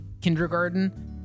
kindergarten